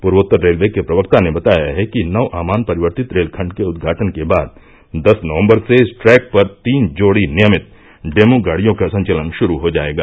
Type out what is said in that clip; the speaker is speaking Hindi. पूर्वोत्तर रेलवे के प्रवक्ता ने बताया है कि नवआमान परिवर्तित रेलखण्ड के उद्घाटन के बाद दस नवम्बर से इस ट्रैक पर तीन जोड़ी नियमित डेमू गाड़ियों का संचलन शुरू हो जायेगा